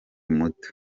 muto